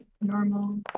Normal